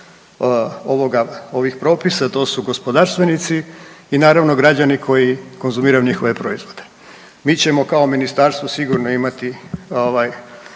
ovih propisa, to su gospodarstvenici i naravno, građani koji konzumiraju njihove proizvode. Mi ćemo kao ministarstvo sigurno imati